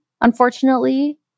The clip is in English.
unfortunately